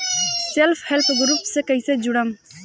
Self help group से कइसे जुड़म?